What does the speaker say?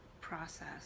process